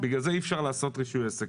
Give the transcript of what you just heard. בגלל זה אי אפשר לעשות רישוי עסק.